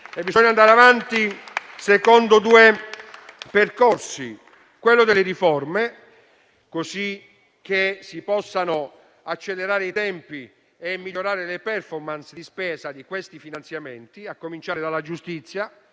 bisogna farlo secondo due percorsi. Il primo è quello delle riforme, così che si possano accelerare i tempi e migliorare le *performance* di spesa di questi finanziamenti, a cominciare dalla giustizia.